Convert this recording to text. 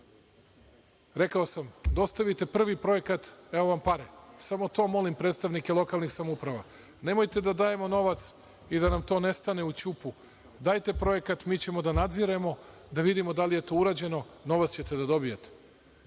Rekao sam – dostavite prvi projekat, evo vam pare. Samo to molim predstavnike lokalnih samouprava. Nemojte da dajemo novac i da nam to nestane u ćupu. Dajte projekat, mi ćemo da nadziremo da vidimo da li je to urađeno, novac ćete da dobijete.